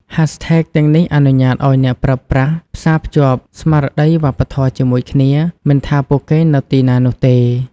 ហាស់ថេកទាំងនេះអនុញ្ញាតឱ្យអ្នកប្រើប្រាស់ផ្សាភ្ជាប់ស្មារតីវប្បធម៌ជាមួយគ្នា មិនថាពួកគេនៅទីណានោះទេ។